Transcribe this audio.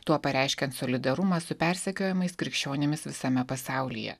tuo pareiškiant solidarumą su persekiojamais krikščionimis visame pasaulyje